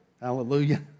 hallelujah